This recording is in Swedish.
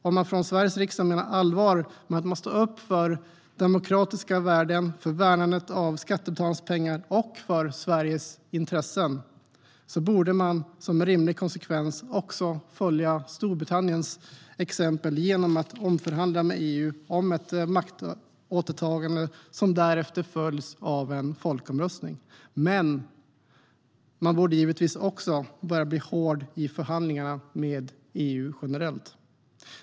Om man från Sveriges riksdag menar allvar med att man står upp för de demokratiska värdena, för värnandet av skattebetalarnas pengar och för Sveriges intressen borde man som en rimlig konsekvens också följa Storbritanniens exempel genom att omförhandla med EU om ett maktåtertagande, vilket därefter följs av en folkomröstning. Men man borde givetvis också börja bli hård i förhandlingarna med EU generellt.